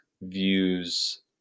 views